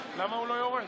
למה הוא לא יורד?